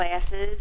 classes